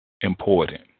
important